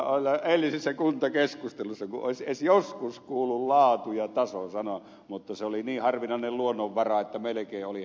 kun eilisessä kuntakeskustelussa olisi edes joskus kuullut laatu ja taso sanat mutta se oli niin harvinainen luonnonvara että melkein oli